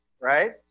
right